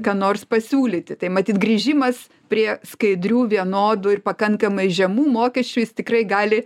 ką nors pasiūlyti tai matyt grįžimas prie skaidrių vienodų ir pakankamai žemų mokesčių jis tikrai gali